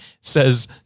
says